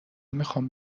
میخوام